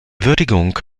würdigung